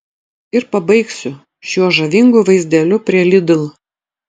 ir pabaigsiu šiuo žavingu vaizdeliu prie lidl